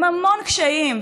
עם המון קשיים,